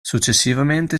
successivamente